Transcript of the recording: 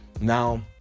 now